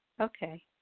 Okay